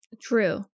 true